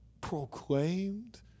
proclaimed